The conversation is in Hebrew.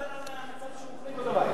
אני מדבר על מצב שמוכרים לו את הבית.